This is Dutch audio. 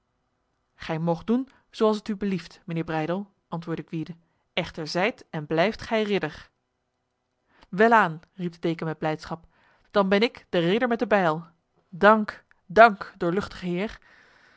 gij moogt doen zo als het u belieft mijnheer breydel antwoordde gwyde echter zijt en blijft gij ridder welaan riep de deken met blijdschap dan ben ik de ridder met de bijl dank dank doorluchtige heer